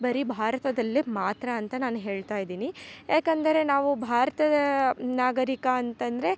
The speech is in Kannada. ಬರಿ ಭಾರತದಲ್ಲೇ ಮಾತ್ರ ಅಂತ ನಾನು ಹೇಳ್ತ ಇದ್ದೀನಿ ಯಾಕಂದರೆ ನಾವು ಭಾರತದ ನಾಗರಿಕ ಅಂತಂದರೆ